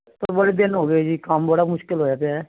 ਬੜੇ ਦਿਨ ਹੋ ਗਏ ਜੀ ਕੰਮ ਬੜਾ ਮੁਸ਼ਕਿਲ ਹੋਇਆ ਪਿਆ